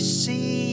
see